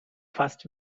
fast